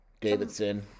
Davidson